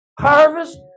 harvest